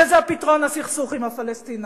וזה פתרון הסכסוך עם הפלסטינים.